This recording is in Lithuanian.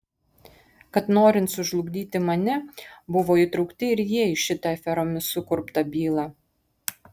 kad norint sužlugdyti mane buvo įtraukti ir jie į šitą aferomis sukurptą bylą